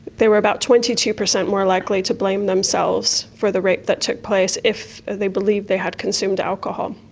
they were about twenty two percent more likely to blame themselves for the rape that took place if they believed they had consumed alcohol.